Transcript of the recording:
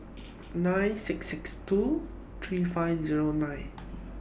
nine six six two three five Zero nine